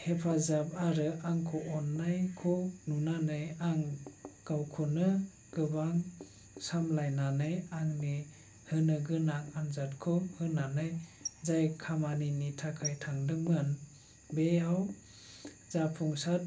हेफाजाब आरो आंखौ अन्नायखौ नुनानै आं गावखौनो गोबां सामलायनानै आंनि होनो गोनां आन्जादखौ होनानै जाय खामानिनि थाखाय थांदोंमोन बेयाव जाफुंसार